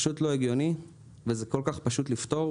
פשוט לא הגיוני וזה כל כך פשוט לפתור